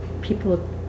people